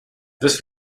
this